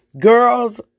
Girls